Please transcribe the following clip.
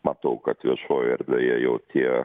matau kad viešojoje erdvėje jau tie